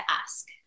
ask